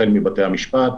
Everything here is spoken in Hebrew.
החל מבתי המשפט,